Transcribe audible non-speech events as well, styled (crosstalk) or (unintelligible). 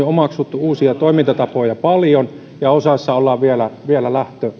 (unintelligible) omaksuttu uusia toimintatapoja paljon ja osassa ollaan vielä vielä